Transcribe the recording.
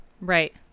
Right